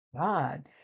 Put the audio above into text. God